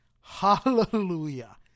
Hallelujah